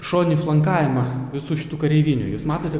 šoninį flankavimą visų šitų kareivinių jūs matote